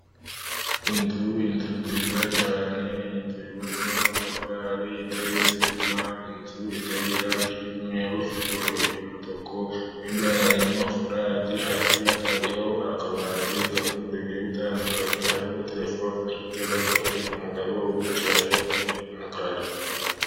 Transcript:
inzu, inzu nziza cyane. Inzu yubatswe n'amatafari iteye sima, inzu iteye irangi ry'umweru, ifite urugi rw'umutuku. Mo imbere harimo furate, hasi gato hariho akabati karimo ibintu bigiye bitandukanye, harimo telefone. Hirya gato hari umugabo wicaye wambaye iby'umukara.